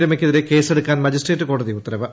രമയ്ക്കെതിരെ കേസെടുക്കാൻ മജിസ്ട്രേറ്റ് കോടതി ഉത്തരവ്